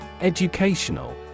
Educational